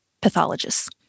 pathologists